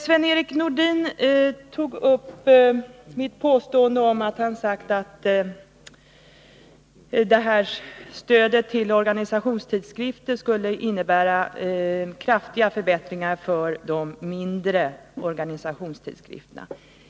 Sven-Erik Nordin tog upp mitt återgivande av hans yttrande att stödet till organisationstidskrifter skulle innebära kraftiga förbättringar för de mindre organisationstidskrifterna.